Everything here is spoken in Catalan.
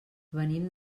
venim